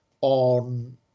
on